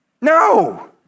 No